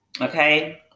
Okay